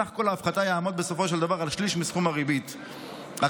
בסופו של דבר סך ההפחתה יעמוד על שליש מסכום הריבית הקיימת.